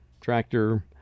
tractor